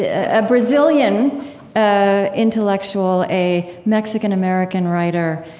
ah a brazilian ah intellectual, a mexican-american writer,